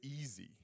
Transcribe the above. easy